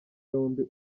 yombi